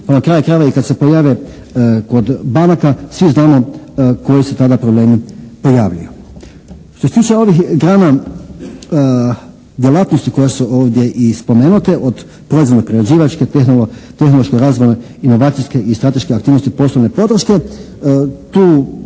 Pa na kraju krajeva i kad se pojave kod banaka svi znamo koji se tada problemi pojavljuju. Što se tiče ovih grana djelatnosti koje su ovdje i spomenute, od proizvodno-prerađivačke, tehnološke … /Govornik se ne razumije./ … inovacijske i strateške aktivnosti poslovne podrške tu